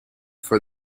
for